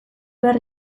behar